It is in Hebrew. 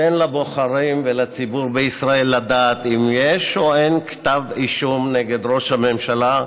תן לבוחרים ולציבור בישראל לדעת אם יש או אין כתב אישום נגד ראש הממשלה,